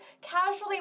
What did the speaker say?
casually